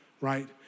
right